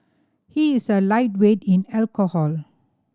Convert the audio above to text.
he is a lightweight in alcohol